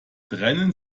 trennen